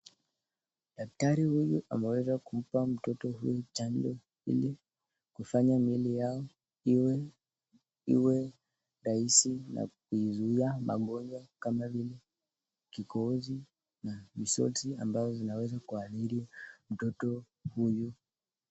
Daktari huyu ameweza kumpa mtoto huyu chanjo yao ili kufanya miili yao iwe rahisi na kuizuia magonjwa kama vile kikohozi ambao zinaweza kuathiri mtoto huyu.